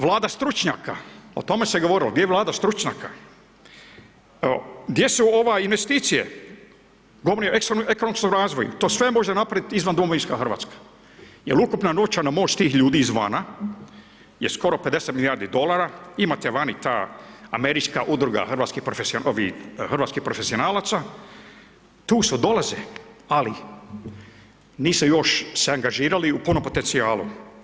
Vlada stručnjaka, o tome se govorilo, gdje je Vlada stručnjaka, gdje su investicije, govorim o ekonomskom razvoju, to sve može napraviti izvan domovinska Hrvatska jer ukupna novčana moć tih ljudi izvana je skoro 50 milijardi dolara, imate vani ta Američka udruga hrvatskih profesionalaca, tu su, dolaze, ali nisu se još angažirali u punom potencijalu.